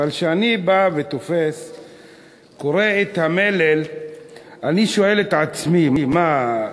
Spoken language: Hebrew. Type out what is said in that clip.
אבל כשאני בא וקורא את המלל אני שואל את עצמי: מה,